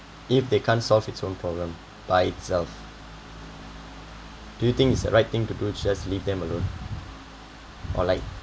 if they can't solve its own problem by itself do you think is the right thing to do just leave them alone or like